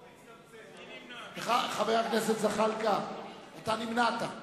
1. חבר הכנסת זחאלקה, אתה נמנעת.